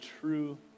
true